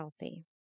healthy